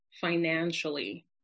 financially